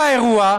היה אירוע,